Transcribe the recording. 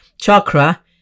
chakra